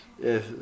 yes